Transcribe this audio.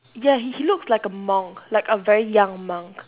ya he he looks like a monk like a very young monk